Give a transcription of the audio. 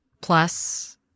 Plus